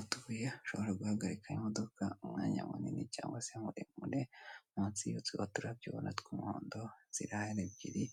Utubuye ushobora guhagarikaho imodoka umwanya munini cyangwa se muremure, munsi y'utwo turabyo ubona tw'umuhondo zirahari ebyiri,